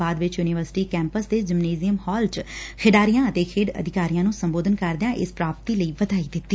ਬਾਅਦ ਵਿਚ university campus ਦੇ ਜਿਮਨੇਜਿਅਮ ਹਾਲ ਵਿਚ ਖਿਡਾਰੀਆਂ ਅਤੇ ਖੇਡ ਅਧਿਕਾਰੀਆਂ ਨੂੰ ਸੰਬੋਧਨ ਕਰਦਿਆਂ ਇਸ ਪ੍ਰਾਪਤੀ ਲਈ ਵਧਾਈ ਦਿੱਤੀ